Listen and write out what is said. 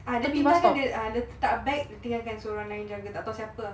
ah dia tinggalkan ah dia letak bag suruh orang lain jaga tak tahu siapa ah